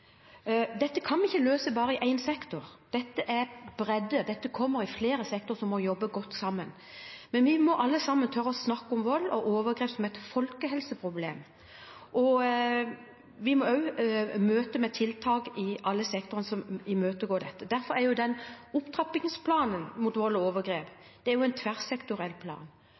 Dette kan vi ikke løse bare i én sektor. Dette er bredde, dette kommer i flere sektorer, som må jobbe godt sammen. Men vi må alle sammen tørre å snakke om vold og overgrep som et folkehelseproblem, vi må imøtegå dette med tiltak i alle sektorer, og opptrappingsplanen mot vold og overgrep er jo en tverrsektoriell plan.